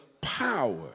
power